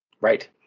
Right